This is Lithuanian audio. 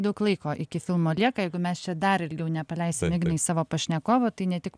daug laiko iki filmo lieka jeigu mes čia dar ilgiau nepaleisim ignai savo pašnekovo tai ne tik